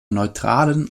neutralen